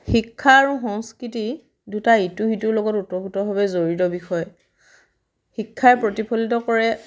শিক্ষা আৰু সংস্কৃতি দুয়োটা ইটো সিটোৰ লগত ওতঃপ্ৰোতভাৱে জড়িত বিষয় শিক্ষাৰ প্ৰতিফলিত কৰে